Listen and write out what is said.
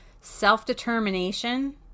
self-determination